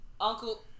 Uncle